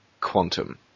Quantum